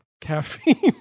caffeine